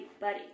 buddy